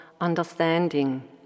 understanding